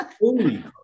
Holy